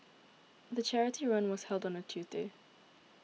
the charity run was held on a Tuesday